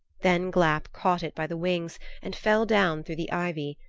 then glapp caught it by the wings and fell down through the ivy,